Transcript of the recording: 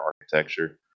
architecture